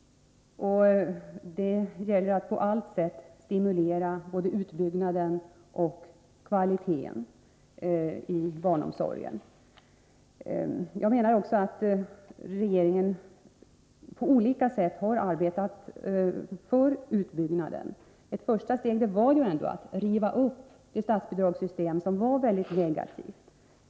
Det gäller att på allt sätt stimulera både utbyggnaden av och kvaliteten i barnomsorgen. Jag menar också att regeringen på olika sätt har arbetat för utbyggnaden. Ett första steg var att riva upp det mycket otillfredsställande statsbidragssystemet.